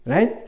Right